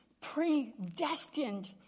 predestined